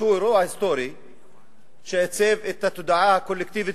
שהיא אירוע היסטורי שעיצב את התודעה הקולקטיבית